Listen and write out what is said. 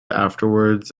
afterwards